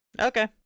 Okay